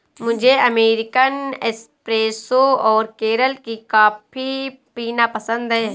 मुझे American espresso और केरल की कॉफी पीना पसंद है